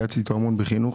להתייעץ איתו המון בחינוך.